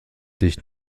dich